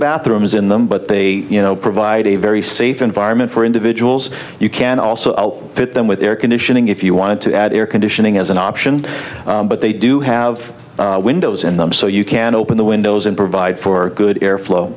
bathrooms in them but they you know provide a very safe environment for individuals you can also fit them with air conditioning if you wanted to add air conditioning as an option but they do have windows in them so you can open the windows and provide for good